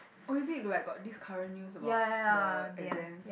or is it like got this current news about the exams